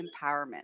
empowerment